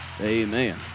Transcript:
Amen